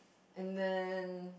and then